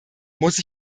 muss